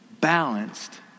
balanced